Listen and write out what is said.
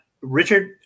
richard